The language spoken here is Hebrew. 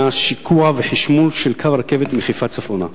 שיקוע וחשמול של קו הרכבת מחיפה צפונה.